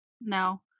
No